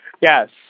Yes